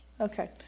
Okay